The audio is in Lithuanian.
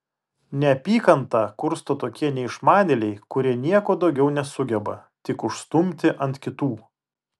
neapykantą kursto tokie neišmanėliai kurie nieko daugiau nesugeba tik užstumti ant kitų